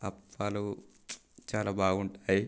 అప్పాలు చాలా బాగుంటాయి